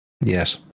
Yes